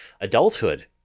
adulthood